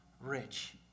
rich